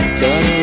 turn